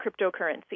cryptocurrency